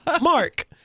mark